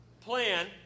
plan